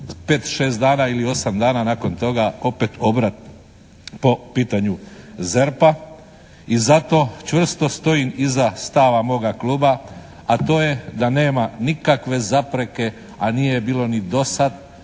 5, 6 dana ili 8 dana nakon toga opet obrat po pitanju ZERP-a i zato čvrsto stojim iza stava moga Kluba a to je da nema nikakve zapreke, a nije je bilo ni do sad